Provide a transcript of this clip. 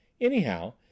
anyhow